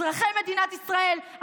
אזרחי מדינת ישראל,